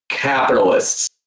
Capitalists